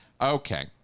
Okay